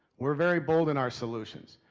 we're very bold in our solutions.